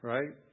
Right